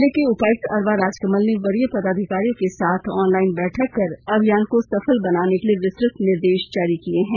जिले के उपायुक्त अरवा राजकमल ने वरीय पदाधिकारियों के साथ ऑनलाइन बैठक कर अभियान को सफल बनाने के लिए विस्तृत निर्देश जारी किये हैं